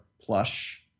plush